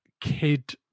kid